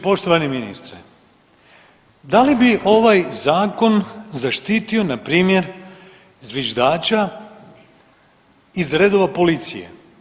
Poštovani ministre da li bi ovaj zakon zaštitio npr. zviždača iz redova policije?